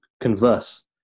converse